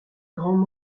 grand